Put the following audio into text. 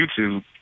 YouTube